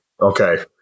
Okay